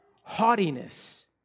haughtiness